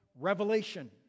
Revelation